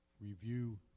review